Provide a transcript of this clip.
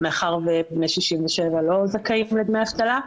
מאחר ובני 67 לא זכאים לדמי אבטלה.